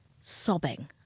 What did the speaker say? sobbing